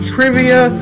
Trivia